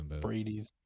Brady's